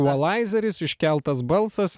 valaizaris iškeltas balsas